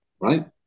Right